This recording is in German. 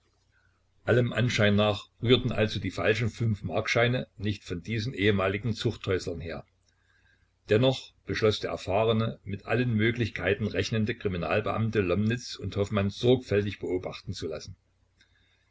allem anschein nach rührten also die falschen fünfmarkscheine nicht von diesen ehemaligen zuchthäuslern her dennoch beschloß der erfahrene mit allen möglichkeiten rechnende kriminalbeamte lomnitz und hoffmann sorgfältig beobachten zu lassen